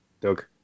Doug